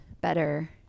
better